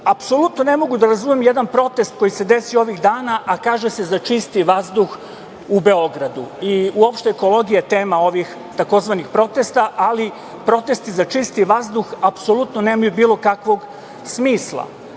tenzije. Apsolutno ne mogu da razumem jedan protest koji se desio ovih dana, a kaže se za čistiji vazduh u Beogradu i uopšte je ekologija tema ovih tzv. protesta, ali protesti za čistiji vazduh apsolutno nemaju bilo kakvog